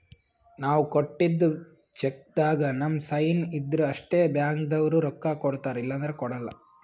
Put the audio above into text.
ನಾವ್ ಕೊಟ್ಟಿದ್ದ್ ಚೆಕ್ಕ್ದಾಗ್ ನಮ್ ಸೈನ್ ಇದ್ರ್ ಅಷ್ಟೇ ಬ್ಯಾಂಕ್ದವ್ರು ರೊಕ್ಕಾ ಕೊಡ್ತಾರ ಇಲ್ಲಂದ್ರ ಕೊಡಲ್ಲ